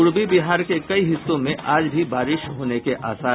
पूर्वी बिहार के कुछ हिस्सों में आज भी बारिश के आसार